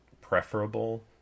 preferable